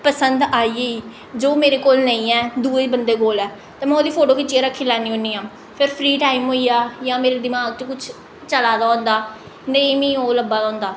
पसंद आई गेई जो मेरे कोल नेईं ऐ दुए बंदे कोल ऐ ते में ओह्दी फोटो खिच्चियै रक्खी लैन्नी होन्नी आं फिर फ्री टाइम होई गेआ जां मेरे दमाग च कुछ चला दा होंदा नेईं मी ओह् लब्भा दा होंदा